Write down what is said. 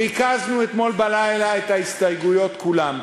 ריכזנו אתמול בלילה את ההסתייגויות כולן.